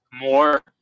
More